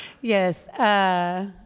Yes